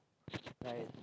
like